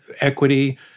equity